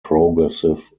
progressive